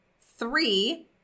three –